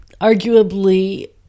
arguably